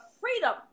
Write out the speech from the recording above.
freedom